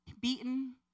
beaten